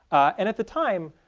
and at the time,